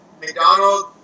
McDonald